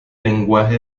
lenguajes